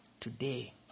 today